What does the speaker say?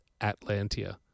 Atlantia